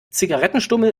zigarettenstummel